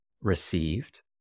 received